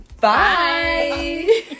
Bye